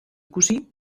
ikusi